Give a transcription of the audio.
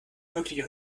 mögliche